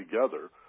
together